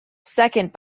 second